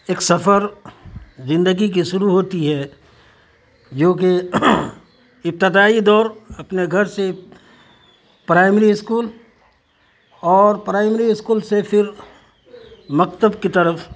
ایک سفر زندگی کے شروع ہوتی ہے جوکہ ابتدائی دور اپنے گھر سے پرائمری اسکول اور پرائمری اسکول سے پھر مکتب کی طرف